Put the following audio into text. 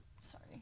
sorry